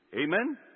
Amen